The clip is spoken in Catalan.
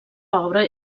obra